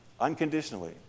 unconditionally